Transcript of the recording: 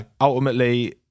Ultimately